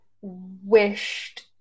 wished